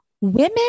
Women